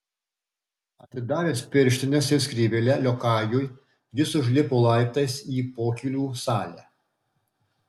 atidavęs pirštines ir skrybėlę liokajui jis užlipo laiptais į pokylių salę